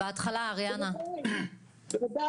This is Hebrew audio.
בהתחלה אריאנה --- בוודאי,